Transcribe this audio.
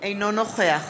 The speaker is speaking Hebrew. אינו נוכח